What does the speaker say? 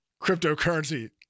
cryptocurrency